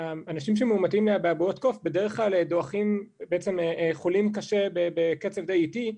אנשים שמאומתים עם אבעבועות קוף בדרך כלל חולים קשה בקצב די איטי,